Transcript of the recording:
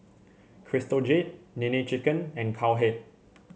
Crystal Jade Nene Chicken and Cowhead